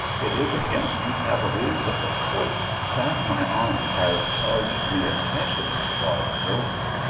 it is against you cavaliers of the court that my aunt has charged me especially to bar the door.